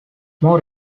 more